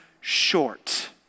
short